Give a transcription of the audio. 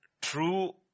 true